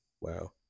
Wow